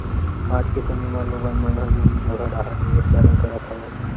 आज के समे म लोगन मन ह जमीन जघा डाहर निवेस जादा करत हवय